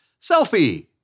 Selfie